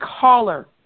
caller